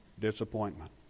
disappointment